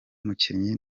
mukinnyi